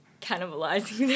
cannibalizing